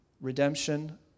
redemption